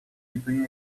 between